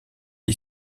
est